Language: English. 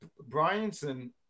Bryanson